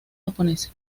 japonesa